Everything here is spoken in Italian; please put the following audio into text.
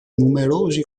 numerosi